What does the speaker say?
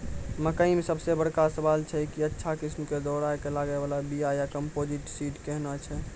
मकई मे सबसे बड़का सवाल छैय कि अच्छा किस्म के दोहराय के लागे वाला बिया या कम्पोजिट सीड कैहनो छैय?